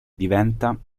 diventa